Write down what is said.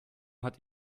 hat